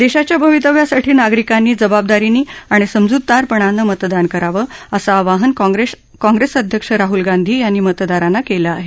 देशाच्या भवितव्यासाठी नागरिकांनी जबाबदारीनं आणि समजूतदारपणानं मतदान करावं असं आवाहन काँग्रेस अध्यक्ष राहूल गांधी यांनी मतदारांना केलं आहे